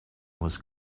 was